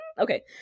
okay